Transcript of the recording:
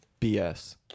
BS